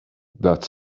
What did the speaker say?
that